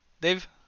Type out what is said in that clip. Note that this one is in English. Dave